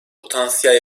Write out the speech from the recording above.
potansiyel